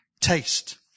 taste